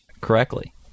correctly